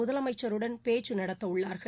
முதலமைச்சருடன் பேச்சு நடத்த உள்ளார்கள்